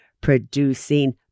producing